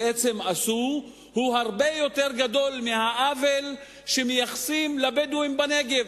בעצם עשו הוא הרבה יותר גדול מהעוול שמייחסים לבדואים בנגב.